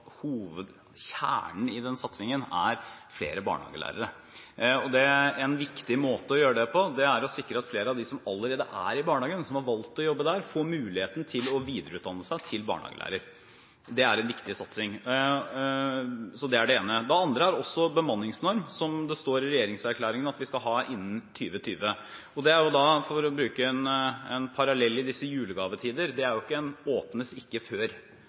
Hovedkjernen i den satsingen er flere barnehagelærere. En viktig måte å gjøre det på er å sikre at flere av dem som allerede er i barnehagen, som har valgt å jobbe der, får muligheten til å videreutdanne seg til barnehagelærer. Det er en viktig satsing. Så det er det ene. Det andre er bemanningsnorm, som det står i regjeringserklæringen at vi skal ha innen 2020. Det er jo – for å bruke en parallell i disse julegavetider – ikke en «åpnes ikke før»-dato, det er ikke som med julegavene, at man ikke kan åpne dem før